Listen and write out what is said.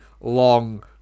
long